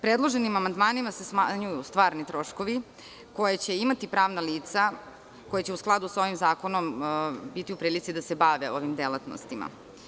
Predloženim amandmanima se smanjuju stvarni troškovi koje će imati pravna lica, koja će u skladu sa ovim zakonom biti u prilici da se bave ovim delatnostima.